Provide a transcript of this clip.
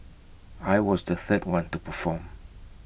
I was the third one to perform